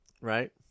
Right